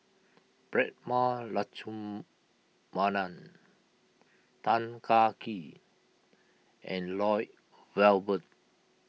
Prema Letchumanan Tan Kah Kee and Lloyd Valberg